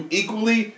equally